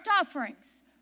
offerings